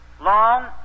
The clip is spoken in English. long